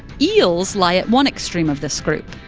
eels lie at one extreme of this group.